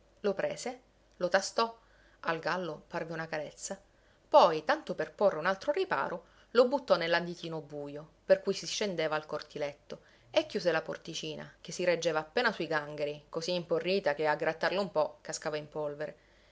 lo prese lo tastò al gallo parve una carezza poi tanto per porre un altro riparo lo buttò nell'anditino bujo per cui si scendeva al cortiletto e chiuse la porticina che si reggeva appena sui gangheri così imporrita che a grattarla un po cascava in polvere